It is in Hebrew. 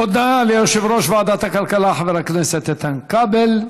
תודה ליושב-ראש ועדת הכלכלה חבר הכנסת איתן כבל.